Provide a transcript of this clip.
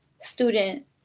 student